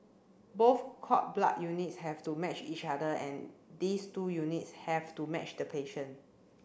both cord blood units have to match each other and these two units have to match the patient